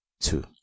two